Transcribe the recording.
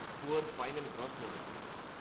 poor final gross motus skills.